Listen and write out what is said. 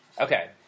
Okay